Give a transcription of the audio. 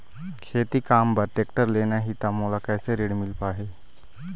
खेती काम बर टेक्टर लेना ही त मोला कैसे ऋण मिल पाही?